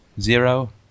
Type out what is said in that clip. zero